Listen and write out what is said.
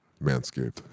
Manscaped